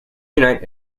unite